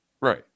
Right